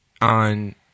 on